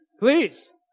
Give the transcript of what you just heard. Please